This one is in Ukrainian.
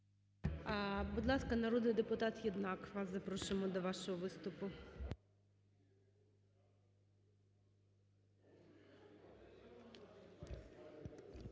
Будь ласка, народний депутат Єднак. Вас запрошуємо до вашого виступу.